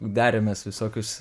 darėmės visokius